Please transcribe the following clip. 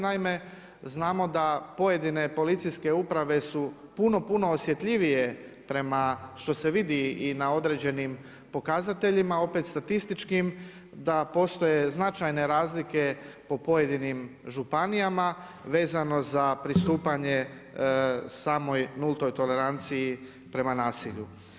Naime, znamo da pojedine policijske uprave su puno, puno osjetljivije prema, što se vidi i na određenim pokazateljima, opet statističkim da postoje značajne razlike po pojedinim županijama vezano za pristupanje samoj nultoj toleranciji prema nasilju.